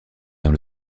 dans